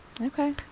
okay